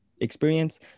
experience